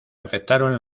afectaron